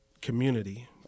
community